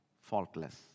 faultless